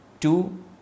Two